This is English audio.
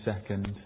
second